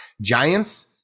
Giants